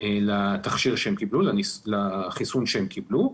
לתכשיר שהם קיבלו, לחיסון שהם קיבלו.